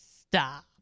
stop